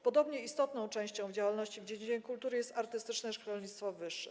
Podobnie istotną częścią działalności w dziedzinie kultury jest artystyczne szkolnictwo wyższe.